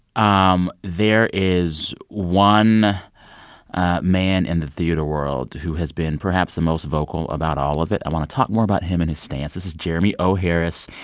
um there is one man in the theater world who has been perhaps the most vocal about all of it. i want to talk more about him and his stance. this is jeremy o. harris,